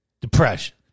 depression